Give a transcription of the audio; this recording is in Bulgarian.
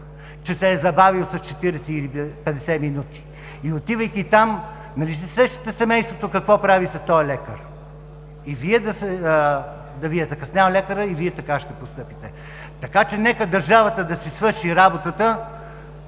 че се е забавил с 40 или 50 минути. И отивайки там, нали се сещате семейството какво прави с този лекар? И на Вас да Ви е закъснял лекарят, и Вие така ще постъпите. Така че нека държавата да си свърши работата